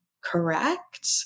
correct